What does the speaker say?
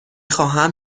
خواهم